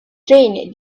train